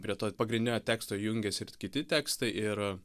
prie to pagrindinio teksto jungiasi ir kiti tekstai ir